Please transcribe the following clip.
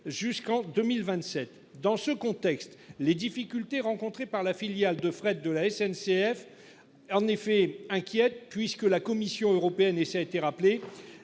jusqu'en 2027. Dans ce contexte, les difficultés rencontrées par la filiale de fret de la SNCF. En effet inquiète puisque la Commission européenne et ça été rappelé